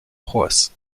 horse